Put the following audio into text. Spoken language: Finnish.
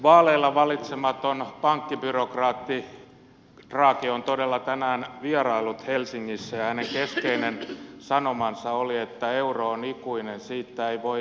vaaleilla valitsematon pankkibyrokraatti draghi on todella tänään vieraillut helsingissä ja hänen keskeinen sanomansa oli että euro on ikuinen siitä ei voi erota